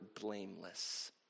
blameless